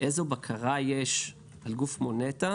איזו בקרה יש על גוף כמו נת"ע